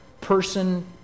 person